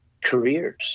careers